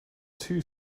too